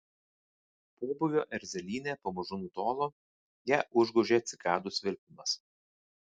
pobūvio erzelynė pamažu nutolo ją užgožė cikadų svirpimas